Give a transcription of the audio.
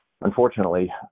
unfortunately